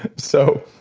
so,